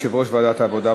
יושב-ראש ועדת העבודה,